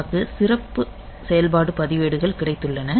நமக்கு சிறப்பு செயல்பாட்டு பதிவேடுகள் கிடைத்துள்ளன